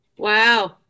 Wow